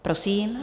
Prosím.